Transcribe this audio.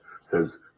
says